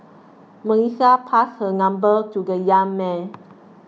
Melissa passed her number to the young man